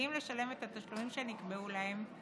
מקפידים לשלם את התשלומים שנקבעו להם,